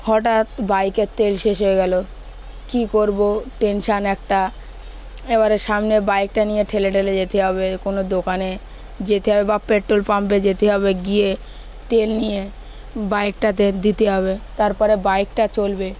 হঠাৎ বাইকের তেল শেষ হয়ে গেলো কী করবো টেনশান একটা এবারের সামনে বাইকটা নিয়ে ঠেলে ঠেলে যেতে হবে কোনো দোকানে যেতে হবে বা পেট্রোল পাম্পে যেতে হবে গিয়ে তেল নিয়ে বাইকটাতে দিতে হবে তারপরে বাইকটা চলবে